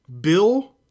Bill